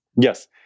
Yes